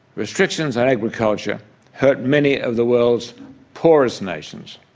restrictions on agriculture hurt many of the world's poorest nations,